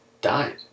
died